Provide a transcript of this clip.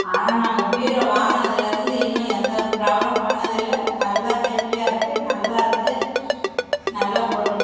ஆனால் நாங்கள் பீரோ வாங்கணுதிலேருந்து இன்னும் எந்த ப்ராப்ளமும் பண்ணதில்லை நல்லா சேஃப்டியாக இருக்குது நல்லாயிருக்கு நல்ல பொருள்